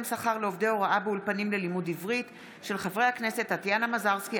של חברי הכנסת טטיאנה מזרסקי,